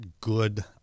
good